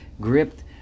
gripped